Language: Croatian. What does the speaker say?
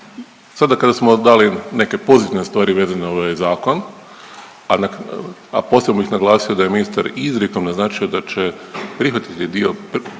Sada kada smo dali neke pozitivne stvari vezane uz ovaj zakon, a posebno bih naglasio da je ministar izrijekom naznačio da će prihvatiti dio